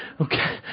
okay